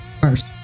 first